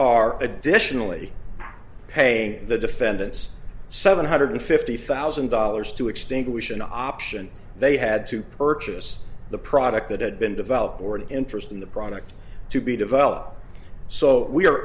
are additionally paying the defendants seven hundred fifty thousand dollars to extinguish an option they had to purchase the product that had been developed or an interest in the product to be developed so we are